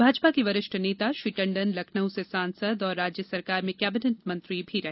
भाजपा के वरिष्ठ नेता श्री टंडन लखनऊ से सांसद और राज्य सरकार में कैबिनेट मंत्री भी रहे